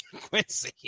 Quincy